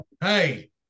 Hey